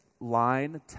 line